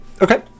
okay